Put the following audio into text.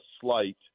slight